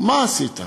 מה עשית?